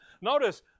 Notice